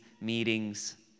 meetings